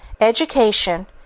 Education